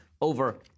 over